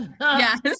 yes